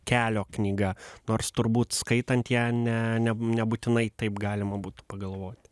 kelio knyga nors turbūt skaitant ją ne nebūtinai taip galima būtų pagalvoti